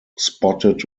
spotted